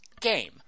game